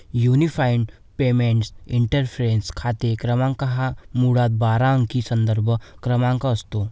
unified payments interface खाते क्रमांक हा मुळात बारा अंकी संदर्भ क्रमांक असतो